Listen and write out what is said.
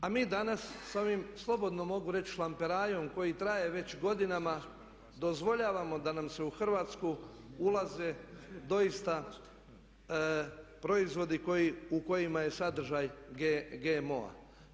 A mi danas s ovim slobodno mogu reći šlamperajem koji traje već godinama dozvoljavamo da nam se u Hrvatsku ulaze doista proizvodi u kojima je sadržaj GMO-a.